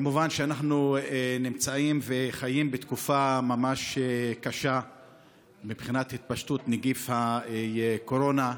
מובן שאנחנו נמצאים וחיים בתקופה ממש קשה מבחינת התפשטות נגיף הקורונה,